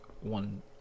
one